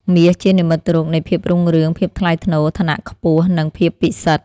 មាស ជានិមិត្តរូបនៃ ភាពរុងរឿង ភាពថ្លៃថ្នូរ ឋានៈខ្ពស់ និង ភាពពិសិដ្ឋ។